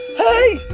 hey!